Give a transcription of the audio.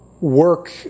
work